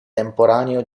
temporaneo